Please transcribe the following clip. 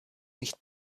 nicht